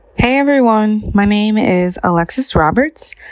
hey everyone. my name is alexus roberts.